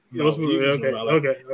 Okay